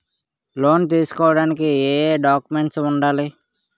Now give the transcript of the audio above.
Loan తీసుకోడానికి ఏయే documents వుండాలి?